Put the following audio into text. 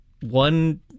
one